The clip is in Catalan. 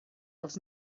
els